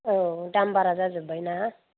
औ दाम बारा जाजोब बायना